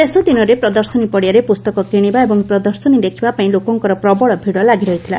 ଶେଷଦିନରେ ପ୍ରଦର୍ଶନୀ ପଡ଼ିଆରେ ପୁସ୍ତକ କିଣିବା ଏବଂ ପ୍ରଦର୍ଶନୀ ଦେଖିବାପାଇଁ ଲୋକଙ୍କର ପ୍ରବଳ ଭିଡ଼ ଲାଗିରହିଥିଲା